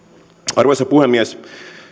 arvoisa puhemies